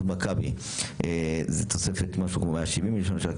מכבי זה תוספת משהו כמו 170 מיליון שקלים.